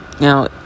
Now